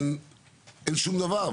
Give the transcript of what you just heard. אין שום דבר.